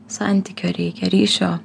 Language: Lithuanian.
santykio reikia ryšio